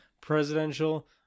presidential